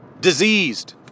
diseased